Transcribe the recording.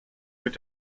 mit